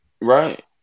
Right